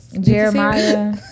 Jeremiah